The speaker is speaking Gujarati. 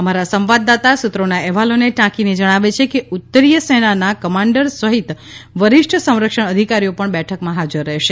અમારા સંવાદદાતા સૂત્રોના અહેવાલોને ટાંકીને જણાવે છે કે ઉત્તરીય સેનાના કમાન્ડર સહિત વરિષ્ઠ સંરક્ષણ અધિકારીઓ પણ બેઠકમાં હજાર રહેશે